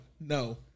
No